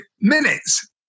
minutes